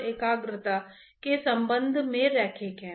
और यह रक्त प्रवाह के लिए भी सच है